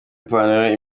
ipantaro